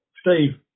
Steve